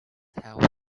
have